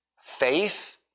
faith